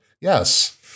Yes